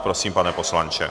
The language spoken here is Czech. Prosím, pane poslanče.